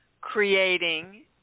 creating